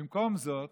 במקום זאת,